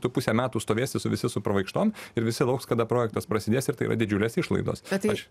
tu pusę metų stovėsi visi su pravaikštom ir visi lauks kada projektas prasidės ir tai yra didžiulės išlaidos bet tai aš